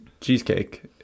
cheesecake